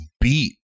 beat